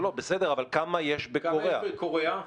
אבל כמה יש בקוריאה,